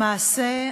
למעשה,